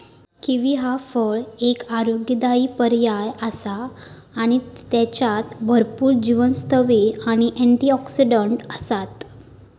kiwi ह्या फळ एक आरोग्यदायी पर्याय आसा आणि त्येच्यात भरपूर जीवनसत्त्वे आणि अँटिऑक्सिडंट आसत